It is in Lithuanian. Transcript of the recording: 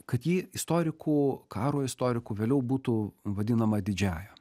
kad ji istorikų karo istorikų vėliau būtų vadinama didžiąja